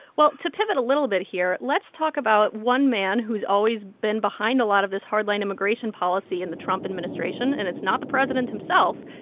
well, to pivot a little bit here, let's talk about one man who's always been behind a lot of this hard-line immigration policy and the trump administration. and it's not the president himself.